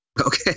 Okay